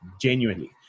genuinely